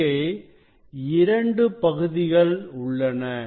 இங்கே இரண்டு பகுதிகள் உள்ளன